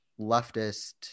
leftist